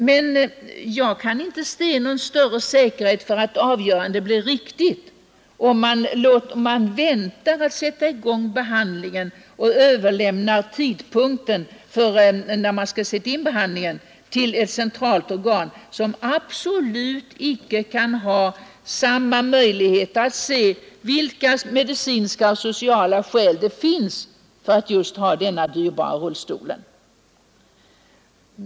Men kan säkerheten för att avgörandet blir riktigt bli större, om man väntar med att sätta i gång behandlingen och överlämnar avgörandet till ett centralt organ, som absolut icke har lika stora möjligheter att bedöma vilka medicinska och sociala skäl det finns för att föreskriva just denna dyra rullstol.